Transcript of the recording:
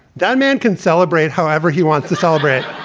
that man can celebrate however he wants to celebrate